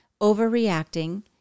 overreacting